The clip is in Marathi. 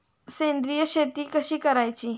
सेंद्रिय शेती कशी करायची?